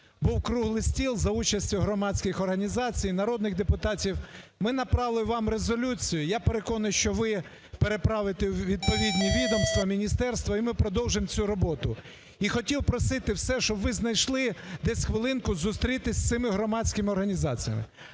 був круглий стіл за участю громадських організацій, народних депутатів. Ми направили вам резолюцію. Я переконаний, що ви переправите у відповідні відомства, міністерства, і ми продовжимо цю роботу. І хотів просити все, щоб ви знайшли десь хвилинку зустрітися з цими громадськими організаціями.